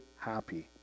happy